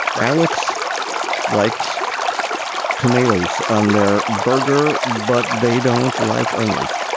alex likes tomatoes on their burger, but they don't like onions.